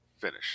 finish